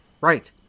Right